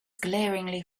glaringly